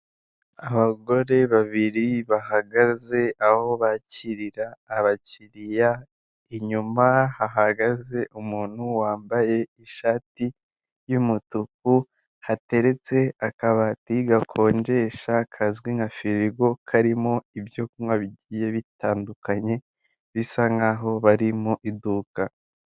Abagore babiri bahagaze aho bakirira abakiriya, inyuma hahagaze umuntu wambaye ishati y'umutuku, hateretse akabati gakonjesha kazwi nka firigo, karimo ibyo kunywa bigiye bitandukanye, bisa nk'aho bari mu iduka.